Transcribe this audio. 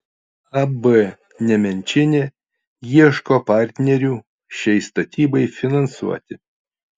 ab nemenčinė ieško partnerių šiai statybai finansuoti